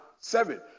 seven